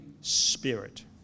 Spirit